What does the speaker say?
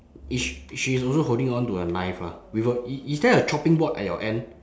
is sh~ she is also holding on to a knife ah with a i~ is there a chopping board at your end